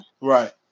Right